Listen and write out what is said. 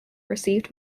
received